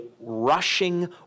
rushing